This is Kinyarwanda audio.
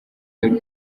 y’u